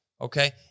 okay